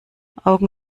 augen